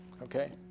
Okay